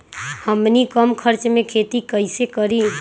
हमनी कम खर्च मे खेती कई से करी?